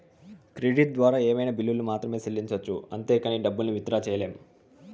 credit ద్వారా ఏమైనా బిల్లుల్ని మాత్రమే సెల్లించొచ్చు అంతేగానీ డబ్బుల్ని విత్ డ్రా సెయ్యలేం